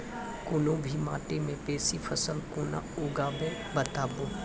कूनू भी माटि मे बेसी फसल कूना उगैबै, बताबू?